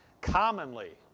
commonly